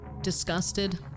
disgusted